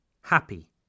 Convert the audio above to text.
happy